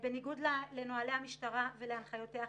בניגוד לנהלי המשטרה ולהנחיותיה,